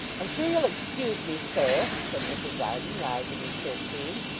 i'm sure you'll excuse me, sir said mrs varden, rising and curtseying.